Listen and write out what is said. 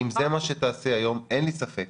אחר כך --- אם זה מה שתעשי היום אין לי ספק